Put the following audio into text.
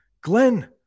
Glenn